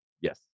Yes